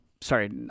Sorry